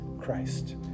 Christ